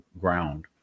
ground